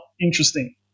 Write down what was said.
interesting